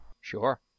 Sure